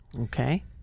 Okay